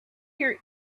your